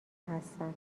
هستم